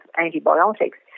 antibiotics